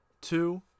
two